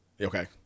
Okay